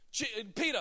peter